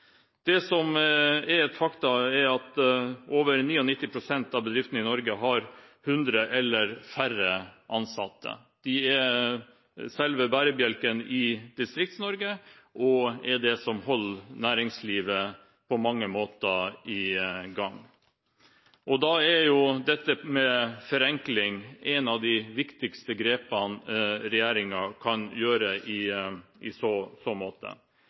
Det som er et faktum, er at over 99 pst. av bedriftene i Norge har 100 eller færre ansatte. De er selve bærebjelken i Distrikts-Norge og er de som på mange måter holder næringslivet i gang. Da er dette med forenkling et av de viktigste grepene regjeringen kan gjøre i så måte.